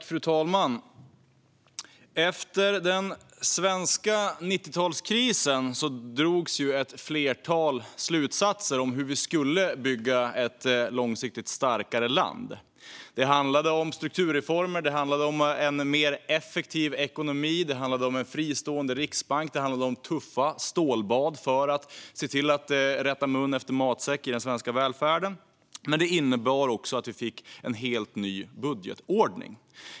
Fru talman! Efter den svenska 90-talskrisen drogs ett flertal slutsatser om hur vi skulle bygga ett långsiktigt starkare land. Det handlade om strukturreformer, en mer effektiv ekonomi, en fristående riksbank och tuffa stålbad för att rätta mun efter matsäck i den svenska välfärden. Men det innebar också att vi fick en helt ny budgetordning.